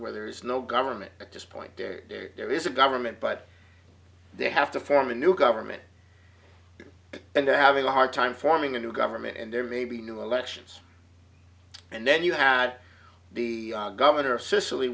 where there is no government at this point there there is a government but they have to form a new government and having a hard time forming a new government and there may be new elections and then you had the governor sicily